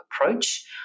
approach